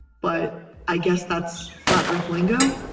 but i guess that's flat earth lingo.